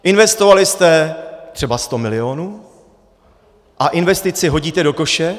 Investovali jste třeba 100 milionů a investici hodíte do koše?